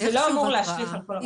זה לא אמור להשליך על כל הרשת.